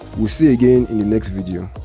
we'll see again in the next video.